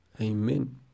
Amen